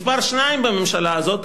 מספר שתיים בממשלה הזאת,